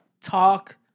talk